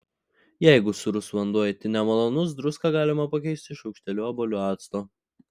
jeigu sūrus vanduo itin nemalonus druską galima pakeisti šaukšteliu obuolių acto